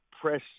press